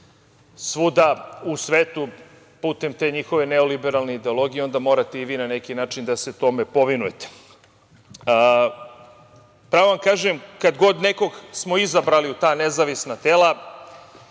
svuda u svetu putem te njihove neoliberalne ideologije, onda morate i vi na neki način da se tome povinujete. Pravo da vam kažem, kada god nekog smo izabrali u ta nezavisna tela,